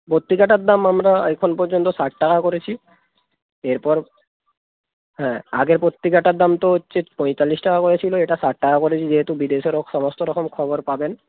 পত্রিকাটার দাম আমরা এখন পর্যন্ত ষাট টাকা করেছি এরপর হ্যাঁ আগের পত্রিকাটার দাম তো হচ্ছে পঁয়তাল্লিশ টাকা করে ছিলো এটা ষাট টাকা করেছি যেহেতু বিদেশেরও সমস্ত রকম খবর পাবেন